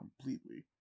completely